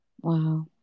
wow